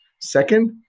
Second